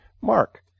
Mark